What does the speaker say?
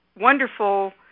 wonderful